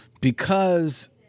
because-